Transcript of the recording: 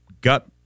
gut